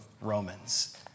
Romans